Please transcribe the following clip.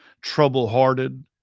trouble-hearted